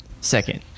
second